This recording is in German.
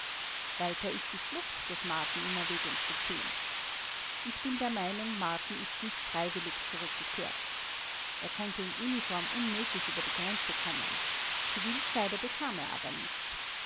weiter ist die flucht des marten in erwägung zu ziehen ich bin der meinung marten ist nicht freiwillig zurückgekehrt er konnte in uniform unmöglich über die grenze kommen zivilkleider bekam er aber nicht